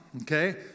okay